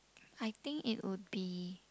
I think it would be